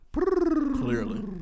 Clearly